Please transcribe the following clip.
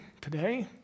today